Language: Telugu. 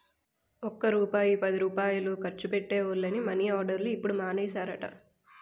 ఒక్క రూపాయి పదిరూపాయలు ఖర్చు పెట్టే వోళ్లని మని ఆర్డర్లు ఇప్పుడు మానేసారట